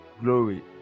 glory